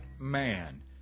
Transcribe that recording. man